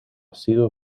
sido